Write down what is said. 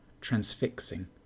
transfixing